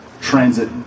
transit